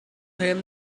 him